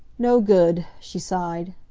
no good, she sighed.